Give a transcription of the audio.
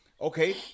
Okay